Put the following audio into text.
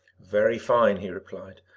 very fine, he replied,